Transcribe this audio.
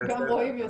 של